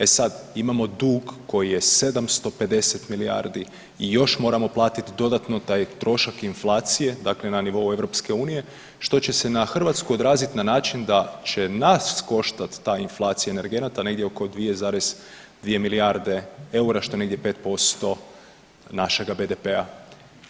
E sada imamo dug koji je 750 milijardi i još moramo platiti dodatno taj trošak inflacije dakle na nivou Europske unije što će se na Hrvatsku odraziti na način da će nas koštati ta inflacija energenata negdje oko 2,2 milijarde eura što je negdje 5% našega BDP-a.